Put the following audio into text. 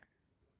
ah well